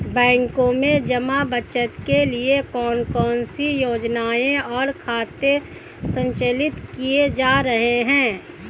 बैंकों में जमा बचत के लिए कौन कौन सी योजनाएं और खाते संचालित किए जा रहे हैं?